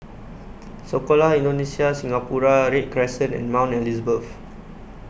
Sekolah Indonesia Singapura Read Crescent and Mount Elizabeth